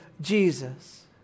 Jesus